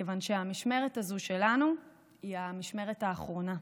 כיוון שהמשמרת הזו שלנו היא המשמרת האחרונה.